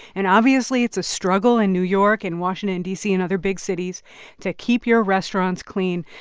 and obviously, it's a struggle in new york and washington, d c, and other big cities to keep your restaurants clean.